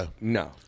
no